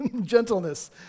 Gentleness